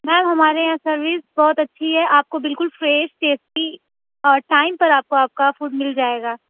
میم ہمارے یہاں سروس بہت اچھی ہے آپ کو بالکل فریش ٹیسٹی اور ٹائم پر آپ کو آپ کا فوڈ مل جائے گا